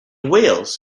wales